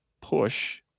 push